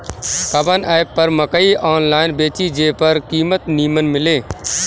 कवन एप पर मकई आनलाइन बेची जे पर कीमत नीमन मिले?